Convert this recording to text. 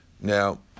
Now